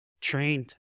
trained